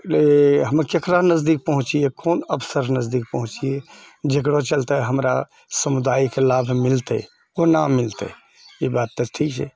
हमे ककरा नजदीक पहुंँचिए कोन अफसर नजदीक पहुंँचिए जकरो चलते हमरा समुदायिक लाभ मिलतै कोना मिलतै ई बात तऽ ठीक छै